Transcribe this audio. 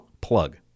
plug